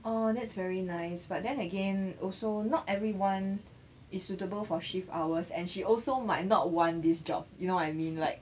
oh that's very nice but then again also not everyone is suitable for shift hours and she also might not want this job you know what I mean like